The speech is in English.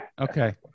Okay